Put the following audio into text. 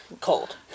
Cold